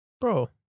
Bro